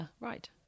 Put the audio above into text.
Right